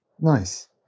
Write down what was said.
nice